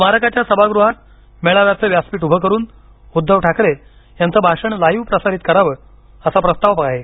स्मारकाच्या सभागृहात मेळाव्याचं व्यासपीठ उभं करून उद्धव ठाकरे यांचं भाषण लाईव्ह प्रसारीत करावं असा प्रस्ताव आहे